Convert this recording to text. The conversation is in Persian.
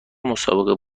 مسابقه